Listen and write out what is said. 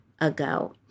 ago